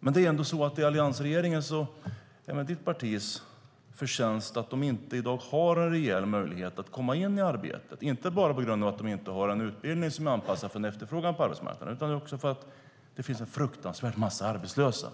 Men det är alliansregeringens och ditt partis förtjänst att de i dag inte har en reell möjlighet att komma in i arbete. Det beror inte bara på att de inte har en utbildning som är anpassad för en efterfrågan på arbetsmarknaden, utan också på att det finns en fruktansvärt massa arbetslösa.